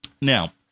Now